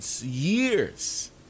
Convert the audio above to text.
years